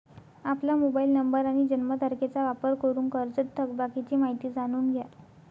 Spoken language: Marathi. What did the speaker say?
आपला मोबाईल नंबर आणि जन्मतारखेचा वापर करून कर्जत थकबाकीची माहिती जाणून घ्या